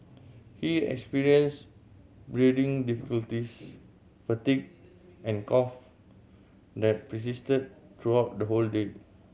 he experienced breathing difficulties fatigue and cough that persisted throughout the whole day